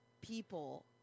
people